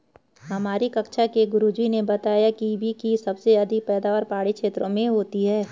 हमारी कक्षा के गुरुजी ने बताया कीवी की सबसे अधिक पैदावार पहाड़ी क्षेत्र में होती है